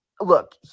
look